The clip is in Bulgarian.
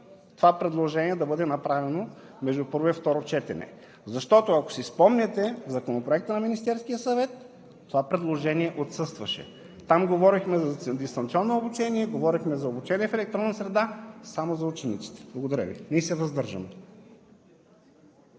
това предложение да бъде направено между първо и второ четене. Защото, ако си спомняте, в Законопроекта на Министерския съвет това предложение отсъстваше. Там говорехме за дистанционно обучение, говорехме за обучение в електронна среда само за учениците. Благодаря Ви и се въздържам.